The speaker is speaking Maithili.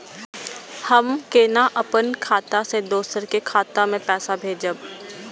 हम केना अपन खाता से दोसर के खाता में पैसा भेजब?